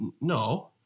no